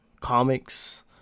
comics